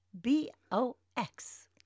B-O-X